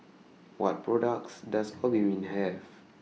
What products Does Obimin Have